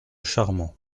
charmant